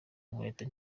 inkweto